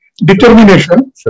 Determination